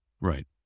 Right